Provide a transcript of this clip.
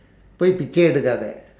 போய் பிச்சை எடுக்காதே:pooi pichsai edukkaathee